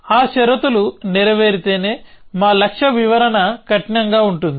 ఆ షరతులు నెరవేరితేనే మా లక్ష్య వివరణ కఠినంగా ఉంటుంది